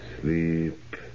Sleep